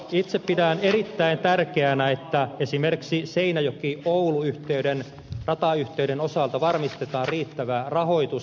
itse pidän erittäin tärkeänä että esimerkiksi seinäjokioulu ratayhteyden osalta varmistetaan riittävä rahoitus